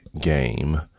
game